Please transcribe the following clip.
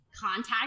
contact